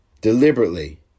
deliberately